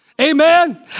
amen